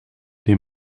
die